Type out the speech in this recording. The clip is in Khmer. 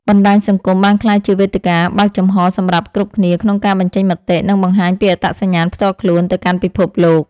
បណ្តាញសង្គមបានក្លាយជាវេទិកាបើកចំហសម្រាប់គ្រប់គ្នាក្នុងការបញ្ចេញមតិ និងបង្ហាញពីអត្តសញ្ញាណផ្ទាល់ខ្លួនទៅកាន់ពិភពលោក។